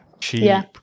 Cheap